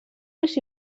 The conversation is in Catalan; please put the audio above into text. més